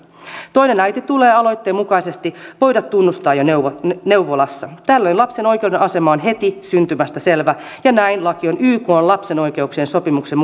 toinen äiti tulee aloitteen mukaisesti voida tunnustaa jo neuvolassa neuvolassa tällöin lapsen oikeudellinen asema on heti syntymästä selvä ja näin laki on ykn lapsen oikeuksien sopimuksen